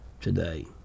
today